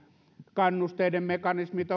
kannusteiden mekanismit